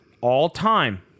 all-time